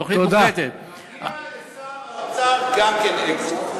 התוכנית, מגיע לשר האוצר גם כן אקזיט.